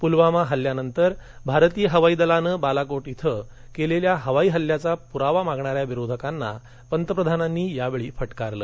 पुलवामा हल्ल्यानंतर भारतीय हवाई दलान बालाकोट इथं केलेल्या हवाई हल्ल्याचा पुरावा मागणा या विरोधकांना पंतप्रधानांनी यावेळी फटकारलं